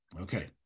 Okay